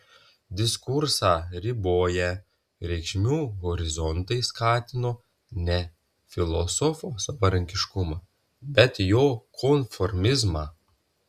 diskursą riboję reikšmių horizontai skatino ne filosofo savarankiškumą bet jo konformizmą